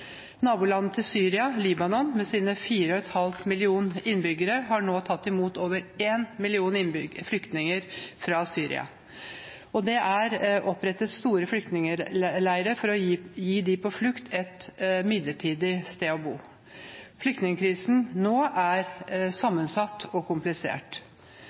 Nabolandet til Syria, Libanon, med sine 4,5 millioner innbyggere, har nå tatt imot over 1 million flyktninger fra Syria. Det er opprettet store flyktningleirer for å gi dem som er på flukt, et midlertidig sted å bo. Flyktningkrisen nå er sammensatt og komplisert.